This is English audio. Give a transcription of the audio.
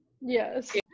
yes